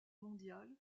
mondial